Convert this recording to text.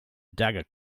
dagger